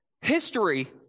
history